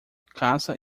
caça